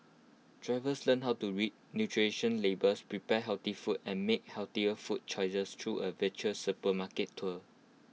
drivers learn how to read nutritional labels prepare healthy food and make healthier food choices through A virtual supermarket tour